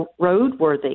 roadworthy